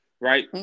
Right